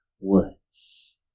Woods